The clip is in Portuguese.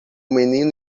menino